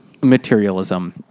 materialism